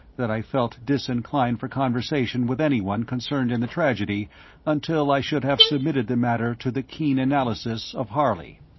that i felt disinclined for conversation with any one concerned in the tragedy until i should have submitted the matter to the keen analysis of harley.